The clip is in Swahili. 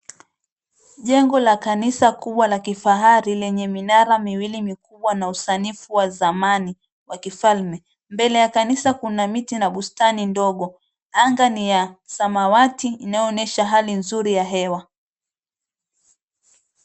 Jengo la kanisa kubwa la kifahari lenye minara miwili mukubwa na usanifu wa zamani wa kifalme. Mbele ya kanisa kuna miti na bustani ndogo. Anga ni ya samawati inayoonesha hali nzuri ya hewa.